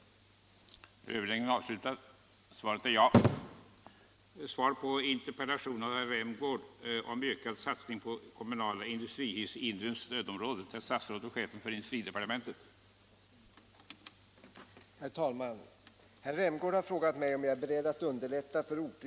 Om ökad satsning på kommunala industrihus i inre stödområdet 210